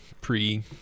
pre-